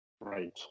Right